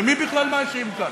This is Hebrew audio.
ומי בכלל מאשים כאן?